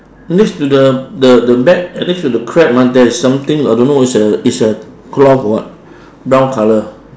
next to the the the bag eh next to the crab ah there's something I don't know it's a it's a cloth or what brown colour